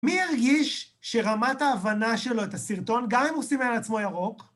מי ירגיש שרמת ההבנה שלו את הסרטון, גם אם הוא סימן לעצמו ירוק?